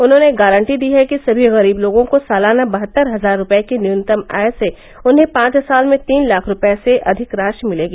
उन्होंने गारंटी दी है कि सभी गरीब लोगों को सालाना बहत्तर हजार रूपये की न्यूनतम आय से उन्हें पांच साल में तीन लाख रूपये से अधिक राशि मिलेगी